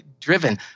driven